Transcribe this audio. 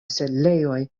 setlejoj